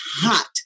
hot